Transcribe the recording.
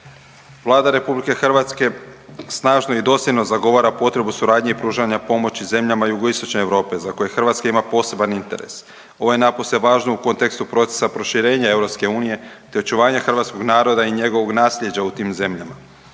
Vlada RH snažno i dosljedno zagovara potrebu suradnje i pružanja pomoći zemljama jugoistočne Europe za koje Hrvatska ima poseban interes. Ovo je napose važno u kontekstu procesa proširenja EU te očuvanja hrvatskog naroda i njegovog naslijeđa u tim zemljama.